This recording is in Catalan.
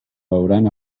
veuran